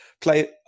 play –